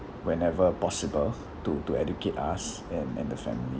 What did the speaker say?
whenever possible to to educate us and and the family